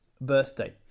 birthday